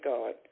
God